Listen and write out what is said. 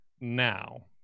now